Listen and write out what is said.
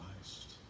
Christ